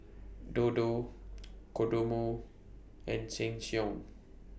Dodo Kodomo and Sheng Siong